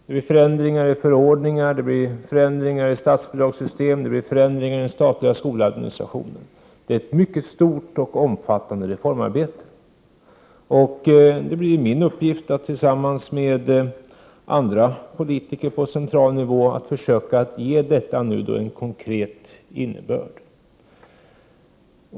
Det blir förändringar i förordningar, förändringar i statsbidragssystem och förändringar i den statliga skoladministrationen. Det är ett mycket stort och omfattande reformarbete. Det blir min uppgift att tillsammans med andra politiker på central nivå försöka ge detta en konkret innebörd.